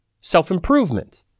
self-improvement